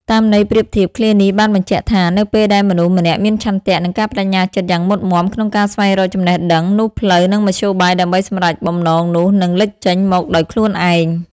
តាមន័យប្រៀបធៀប ឃ្លានេះបានបញ្ជាក់ថា នៅពេលដែលមនុស្សម្នាក់មានឆន្ទៈ និងការប្ដេជ្ញាចិត្តយ៉ាងមុតមាំក្នុងការស្វែងរកចំណេះដឹង នោះផ្លូវ និងមធ្យោបាយដើម្បីសម្រេចបំណងនោះនឹងលេចចេញមកដោយខ្លួនឯង។